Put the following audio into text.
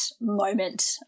moment